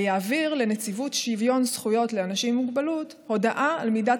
ויעביר לנציבות שוויון זכויות לאנשים עם מוגבלות הודעה על מידת